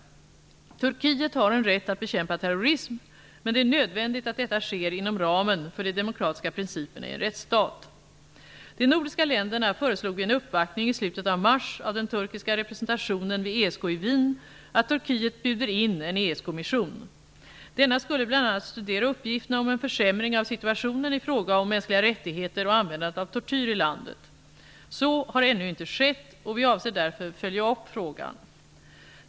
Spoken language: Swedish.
Turkiet har en rätt att bekämpa terrorism, men det är nödvändigt att detta sker inom ramen för de demokratiska principerna i en rättsstat. De nordiska länderna föreslog vid en uppvaktning i slutet av mars av den turkiska representationen vid ESK i Wien att Turkiet bjuder in en ESK-mission. Denna skulle bl.a. studera uppgifterna om en försämring av situationen i fråga om mänskliga rättigheter och användandet av tortyr i landet. Så har ännu inte skett, och vi avser därför följa upp frågan.